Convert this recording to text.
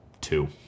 Two